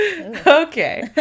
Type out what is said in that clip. Okay